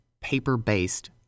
paper-based